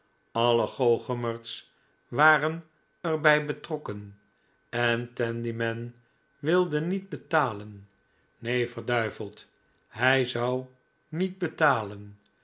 alle goochemerds waren er bij betrokken en tandyman wilde niet betalen neen verduiveld hij zou niet betalen